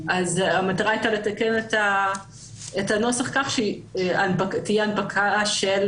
אז המטרה הייתה לתקן את הנוסח כך שתהיה הנפקה,